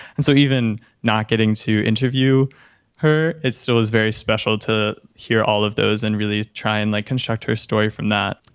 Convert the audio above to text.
and so even not getting to interview her, it still is very special to hear all of those and really try and like construct her story from that.